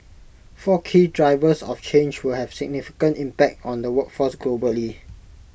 four key drivers of change will have significant impact on the workforce globally